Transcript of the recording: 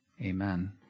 Amen